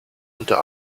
unter